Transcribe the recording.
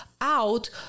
out